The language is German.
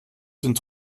sind